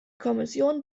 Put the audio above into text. kommission